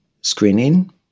screening